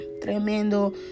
tremendo